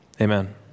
Amen